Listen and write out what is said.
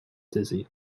dizzy